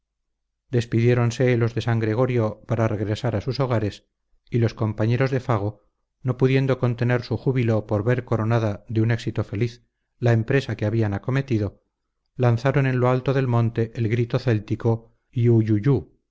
borunda despidiéronse los de san gregorio para regresar a sus hogares y los compañeros de fago no pudiendo contener su júbilo por ver coronada de un éxito feliz la empresa que habían acometido lanzaron en lo alto del monte el grito céltico